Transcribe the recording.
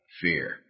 fear